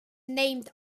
named